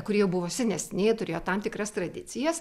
kurie jau buvo senesni turėjo tam tikras tradicijas